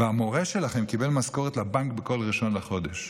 והמורה שלכם קיבל משכורת לבנק בכל 1 בחודש,